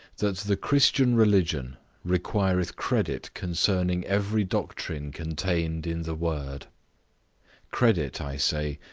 that the christian religion requireth credit concerning every doctrine contained in the word credit, i say,